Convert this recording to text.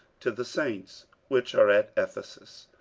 to the saints which are at ephesus,